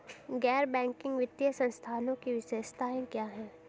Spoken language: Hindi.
गैर बैंकिंग वित्तीय संस्थानों की विशेषताएं क्या हैं?